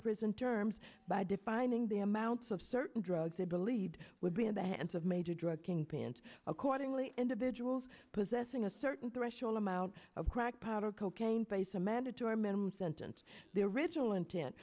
prison terms by defining the amounts of certain drugs they believed would be in the hands of major drug kingpins accordingly individuals possessing a certain threshold amount of crack powder cocaine base a mandatory minimum sentence their original intent